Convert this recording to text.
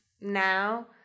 now